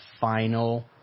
final